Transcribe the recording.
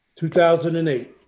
2008